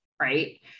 right